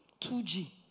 2G